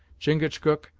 chingachgook,